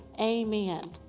Amen